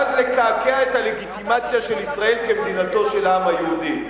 ואז לקעקע את הלגיטימציה של ישראל כמדינתו של העם היהודי.